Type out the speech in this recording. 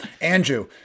Andrew